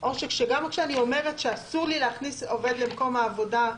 או שכשגם כשאני אומרת שאסור לי להכניס עובד למקום עבודה,